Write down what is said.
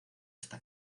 esta